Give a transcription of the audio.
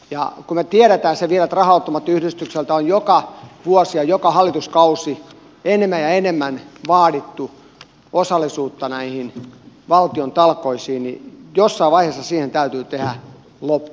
kun me tiedämme sen vielä että raha automaattiyhdistykseltä on joka vuosi ja joka hallituskausi enemmän ja enemmän vaadittu osallisuutta näihin valtion talkoisiin niin jossain vaiheessa siihen täytyy tehdä loppu